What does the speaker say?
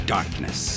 Darkness